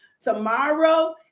tomorrow